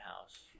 House